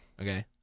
Okay